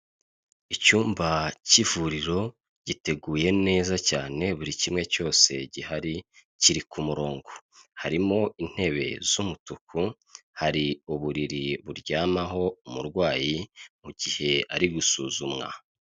Icyumba cy'ivuriro, giteguye neza cyane, buri kimwe cyose gihari kiri ku murongo. Harimo intebe z'umutuku, hari uburiri buryamaho umurwayi mu gihe ari gusuzumwa.